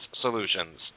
solutions